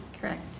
Correct